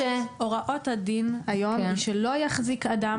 הוראות הדין היום הן שלא יחזיק אדם